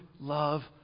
love